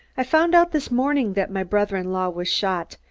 i found out this morning that my brother-in-law was shot,